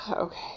Okay